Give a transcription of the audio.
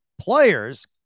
players